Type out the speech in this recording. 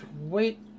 wait